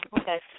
Okay